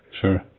Sure